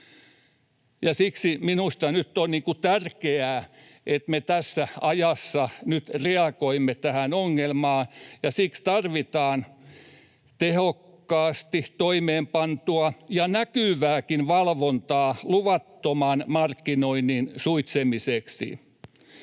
Siksi minusta nyt on tärkeää, että me tässä ajassa reagoimme tähän ongelmaan, ja siksi tarvitaan tehokkaasti toimeenpantua ja näkyvääkin valvontaa luvattoman markkinoinnin suitsimiseksi.